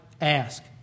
ask